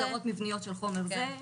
של חומר זה (ב)